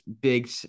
big